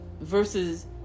versus